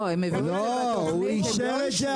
הוא אישר את זה,